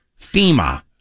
FEMA